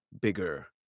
bigger